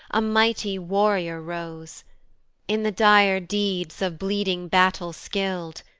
a mighty warrior rose in the dire deeds of bleeding battle skill'd,